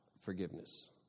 forgiveness